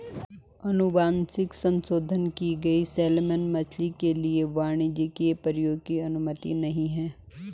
अनुवांशिक संशोधन की गई सैलमन मछली के लिए वाणिज्यिक प्रयोग की अनुमति नहीं है